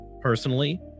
personally